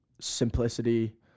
simplicity